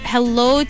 Hello